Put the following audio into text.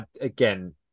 again